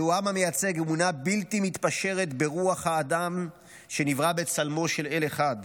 זהו עם המייצג אמונה בלתי מתפשרת ברוח האדם שנברא בצלמו של אל אחד,